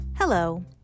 Hello